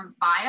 bio